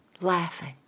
laughing